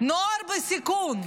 נוער בסיכון.